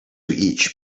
each